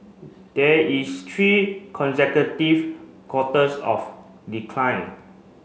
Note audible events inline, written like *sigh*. there is *unintelligible* consecutive quarters of decline